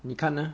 你看 ah